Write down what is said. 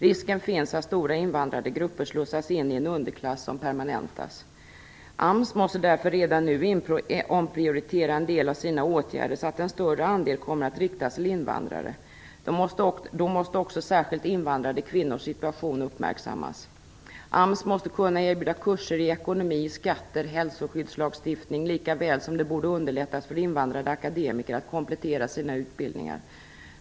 Risken finns att stora invandrade grupper slussas in i en underklass som permanentas. AMS måste därför redan nu omprioritera en del av sina åtgärder så att en större andel kommer att riktas till invandrare. Då måste också invandrade kvinnors situation uppmärksammas särskilt. AMS måste kunna erbjuda kurser i ekonomi, skatter och hälsoskyddslagstiftning likaväl som det borde underlättas för invandrade akademiker att komplettera sina utbildningar.